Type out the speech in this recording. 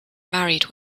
married